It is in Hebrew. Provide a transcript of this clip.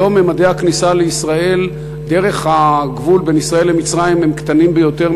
היום ממדי הכניסה לישראל דרך הגבול בין ישראל למצרים הם קטנים ביותר,